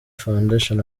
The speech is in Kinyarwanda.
foundation